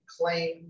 claim